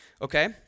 Okay